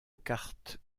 carte